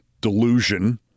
delusion